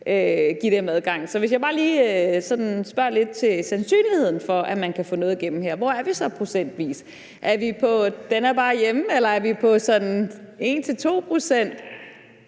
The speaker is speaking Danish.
med praktik. Så hvis jeg bare lige spørger lidt til sandsynligheden for, at man kan få noget igennem her, hvor er vi så procentvis? Er vi på »den er bare hjemme«, eller er vi på sådan 1-2